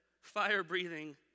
fire-breathing